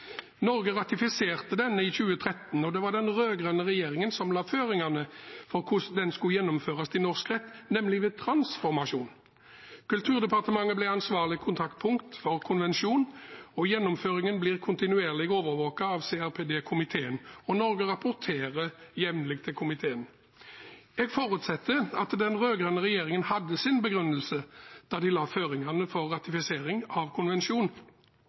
Norge ratifiserte denne i 2013, og det var den rød-grønne regjeringen som la føringene for hvordan den skulle gjennomføres i norsk rett, nemlig ved transformasjon. Kulturdepartementet ble ansvarlig kontaktpunkt for konvensjonen, og gjennomføringen blir kontinuerlig overvåket av CRPD-komiteen. Og Norge rapporterer jevnlig til komiteen. Jeg forutsetter at den rød-grønne regjeringen hadde sin begrunnelse da de la føringene for ratifisering av konvensjonen,